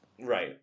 Right